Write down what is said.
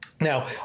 Now